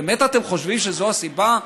באמת אתם חושבים שזו הסיבה?